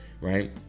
right